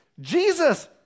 Jesus